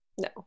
No